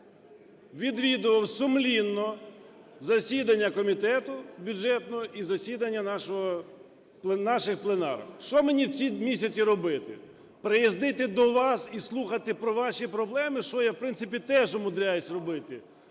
відвідував сумлінно засідання комітету бюджетного і засідання наших пленарок: що мені в ці місяці робити? Приїздити до вас і слухати про ваші проблеми, що я, в принципі, теж умудряюсь робити,